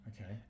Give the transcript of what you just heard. Okay